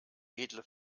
edle